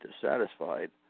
dissatisfied